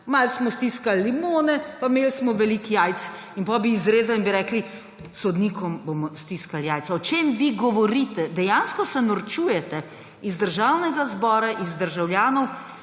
malo smo stiskali limone pa imeli smo veliko jajc, in potem bi izrezal in bi rekli, sodnikom bomo stiskali jajca. O čem vi govorite? Dejansko se norčujete iz Državnega zbora, iz državljanov,